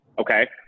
okay